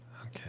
Okay